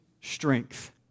strength